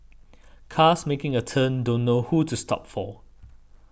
cars making a turn don't know who to stop for